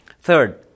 Third